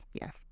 Yes